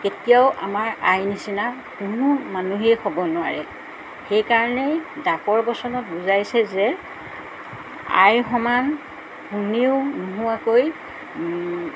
কেতিয়াও আমাৰ আইৰ নিচিনা কোনো মানুহেই হ'ব নোৱাৰে সেইকাৰণেই ডাকৰ বচনত বুজাইছে যে আইৰ সমান শুনিও নোহোৱাকৈ